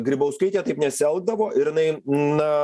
grybauskaitė taip nesielgdavo ir jinai na